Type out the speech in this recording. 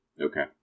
Okay